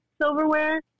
silverware